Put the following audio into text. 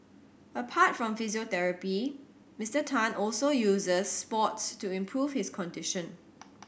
apart from physiotherapy Mister Tan also uses sports to improve his condition